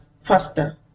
faster